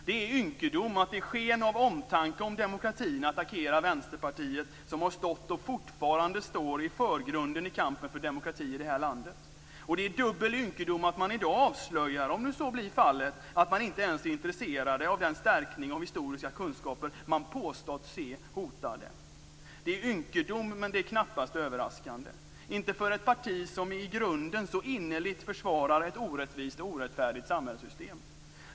Det är ynkedom att i sken av omtanke om demokratin attackera Vänsterpartiet, som har stått - och fortfarande står - i förgrunden i kampen för demokrati i det här landet. Och det är dubbel ynkedom att man i dag avslöjar, om nu så blir fallet, att man inte ens är intresserad av en stärkning av de historiska kunskaper man påstått sig se hotade. Det är ynkedom, men det är knappast överraskande - inte för ett parti som i grunden så innerligt försvarar ett orättvist och orättfärdigt samhällssystem.